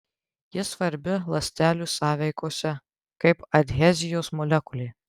ji svarbi ląstelių sąveikose kaip adhezijos molekulė